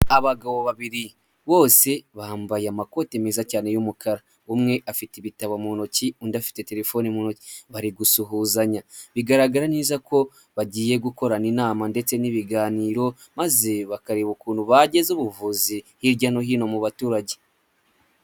Abagabo babiri, bose bambaye amakoti meza cyane y'umukara. Umwe afite ibitabo mu ntoki, undi afite telefoni nto. Bari gusuhuzanya bigaragara neza ko bagiye gukorana inama ndetse n'ibiganiro, maze bakareba ukuntu bageze ubuvuzi hirya no hino mu baturage.